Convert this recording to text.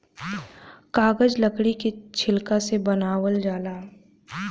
कागज लकड़ी के छिलका से बनावल जाला